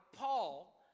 paul